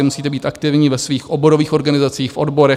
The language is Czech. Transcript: Musíte být aktivní ve svých oborových organizacích, v odborech.